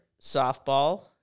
softball